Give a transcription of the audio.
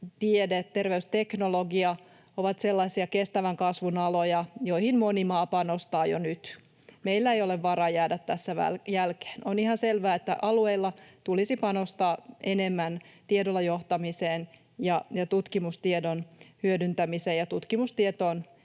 Terveystiede, terveysteknologia ovat sellaisia kestävän kasvun aloja, joihin moni maa panostaa jo nyt. Meillä ei ole varaa jäädä tässä jälkeen. On ihan selvää, että alueilla tulisi panostaa enemmän tiedolla johtamiseen ja tutkimustiedon hyödyntämiseen ja tutkimustietoon